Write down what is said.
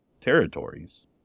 territories